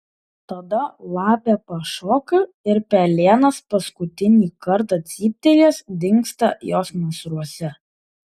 tada lapė pašoka ir pelėnas paskutinį kartą cyptelėjęs dingsta jos nasruose